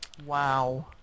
Wow